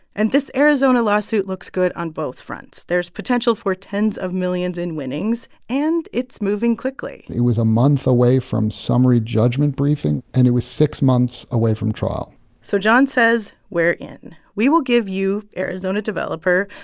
and this arizona lawsuit looks good on both fronts. there's potential for tens of millions in winnings, and it's moving quickly it was a month away from summary judgment briefing, and it was six months away from trial so jon says we're in. we will give you, arizona developer,